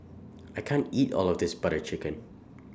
I can't eat All of This Butter Chicken